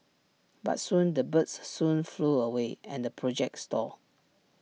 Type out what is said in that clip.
but soon the birds soon flew away and the project stalled